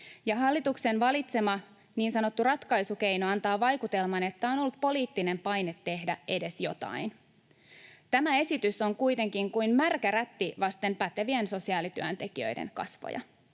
hallituksen valitsema niin sanottu ratkaisukeino antaa vaikutelman, että on ollut poliittinen paine tehdä edes jotain. Tämä esitys on kuitenkin kuin märkä rätti vasten pätevien sosiaalityöntekijöiden kasvoja.